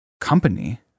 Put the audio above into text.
company